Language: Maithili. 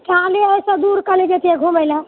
काल्हे एहिसँ दूर कहलियै जैतियै घुमयलऽ